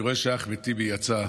אני רואה שאחמד טיבי יצא.